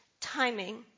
timing